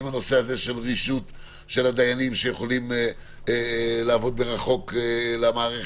עם הנושא הזה של רישות של הדיינים שיכולים לעבוד מרחוק במערכת,